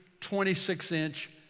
26-inch